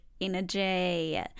energy